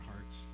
hearts